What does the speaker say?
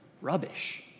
rubbish